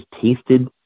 tasted